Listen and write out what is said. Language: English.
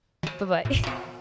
Bye-bye